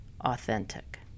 authentic